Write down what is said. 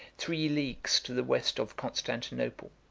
three leagues to the west of constantinople.